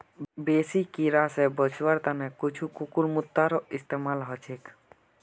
बेसी कीरा स बचवार त न कुछू कुकुरमुत्तारो इस्तमाल ह छेक